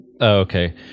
Okay